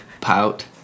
Pout